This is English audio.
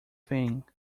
thing